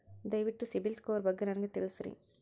ದಯವಿಟ್ಟು ಸಿಬಿಲ್ ಸ್ಕೋರ್ ಬಗ್ಗೆ ನನಗ ತಿಳಸರಿ?